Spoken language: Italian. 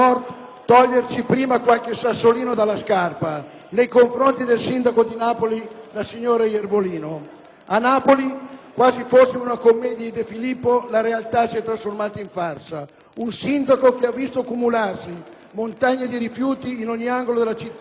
toglierci qualche sassolino dalla scarpa nei confronti del sindaco di Napoli, la signora Iervolino. A Napoli, quasi fossimo in una commedia di De Filippo, la realtà si è trasformata in farsa: un sindaco che ha visto accumularsi montagne di rifiuti in ogni angolo della città